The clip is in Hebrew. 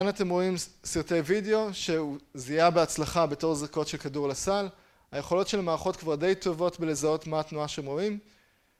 כאן אתם רואים סרטי וידאו, שהוא זיהה בהצלחה בתור זריקות של כדור לסל. היכולות של המערכות כבר די טובות בלזהות מה התנועה שהם רואים.